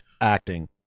acting